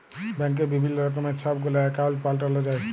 ব্যাংকে বিভিল্ল্য রকমের ছব গুলা একাউল্ট পাল্টাল যায়